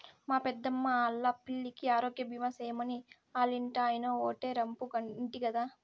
మా పెద్దమ్మా ఆల్లా పిల్లికి ఆరోగ్యబీమా సేయమని ఆల్లింటాయినో ఓటే రంపు ఇంటి గదా